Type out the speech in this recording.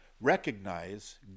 recognize